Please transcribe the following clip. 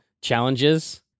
challenges